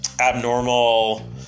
abnormal